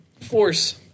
Force